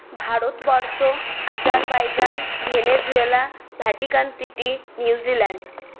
Bharatvarsha Azerbaijan Venezuela Vatican City New Zealand